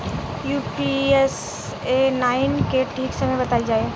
Pusa nine के ठीक समय बताई जाई?